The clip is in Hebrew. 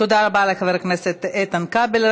תודה רבה לחבר הכנסת איתן כבל.